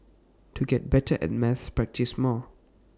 to get better at maths practice more